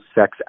sex